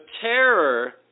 terror